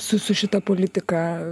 su su šita politika